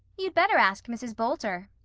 you'd better ask mrs. boulter,